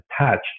attached